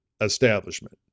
establishment